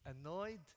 annoyed